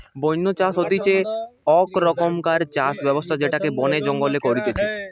বন্য চাষ হতিছে আক রকমকার চাষ ব্যবস্থা যেটা বনে জঙ্গলে করতিছে